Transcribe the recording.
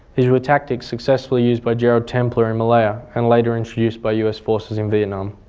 these were tactics successfully used by gerald templer in malaya and later introduced by us forces in vietnam.